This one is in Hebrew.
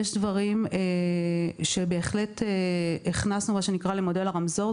יש דברים שבהחלט הכנסנו למודל הרמזור,